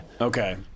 Okay